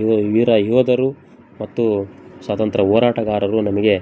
ಯುವ ವೀರ ಯೋಧರು ಮತ್ತು ಸ್ವಾತಂತ್ರ್ಯ ಹೋರಾಟಗಾರರು ನಮಗೆ